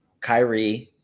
Kyrie